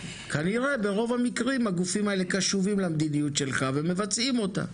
כנראה ברוב המקרים הגופים האלה קשובים למדיניות שלך ומבצעים אותה.